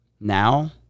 Now